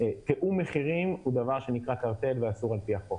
תיאום מחירים הוא דבר שנקרא קרטל ואסור על-פי החוק.